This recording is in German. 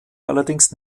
allerdings